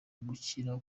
gukira